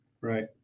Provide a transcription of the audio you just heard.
Right